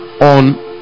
on